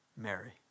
Mary